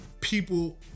people